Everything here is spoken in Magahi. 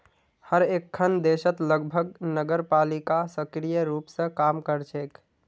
हर एकखन देशत लगभग नगरपालिका सक्रिय रूप स काम कर छेक